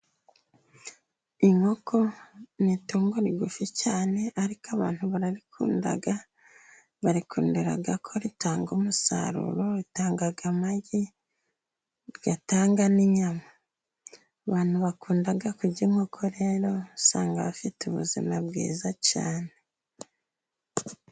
Inkoko ni itungo rigufi cyane ariko abantu bararikunda barikundira ko ritanga umusaruro, ritanga amagi rigatanga n'inyama, abantu bakunda kurya inkoko rero usanga bafite ubuzima bwiza cyane.